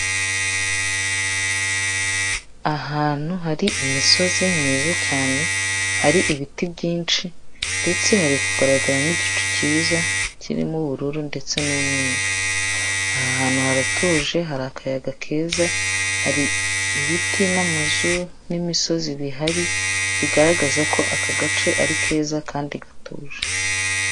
Ahantu hari imisozi myiza cyane, hari ibiti byinshi ndetse hari kugaragara n'igicu cyiza kirimo ubururu ndetse n'umweru, aha hantu haratuje, hari akayaga keza, hari ibiti n'amazu, n'imisozi bihari, bigaragaza ko aka gace ari keza kandi gatuje.